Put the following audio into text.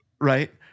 right